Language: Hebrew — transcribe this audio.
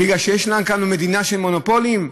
כי יש כאן מדינה של מונופולים?